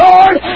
Lord